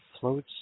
floats